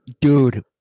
Dude